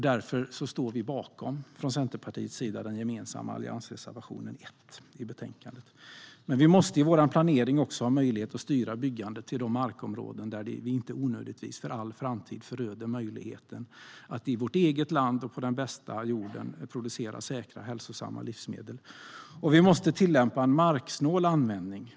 Därför står vi från Centerpartiets sida bakom den gemensamma alliansreservationen, med nr 1, i betänkandet. Men vi måste i vår planering också ha möjlighet att styra byggandet till de markområden där vi inte onödigtvis för all framtid föröder möjligheten att i vårt eget land producera säkra och hälsosamma livsmedel på den bästa jorden. Vi måste tillämpa en marksnål användning.